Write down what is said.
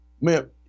man